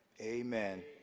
Amen